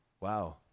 Wow